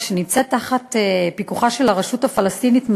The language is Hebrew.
שנמצאת תחת פיקוחה של הרשות הפלסטינית,